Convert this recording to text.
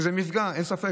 זה מפגע, אין ספק.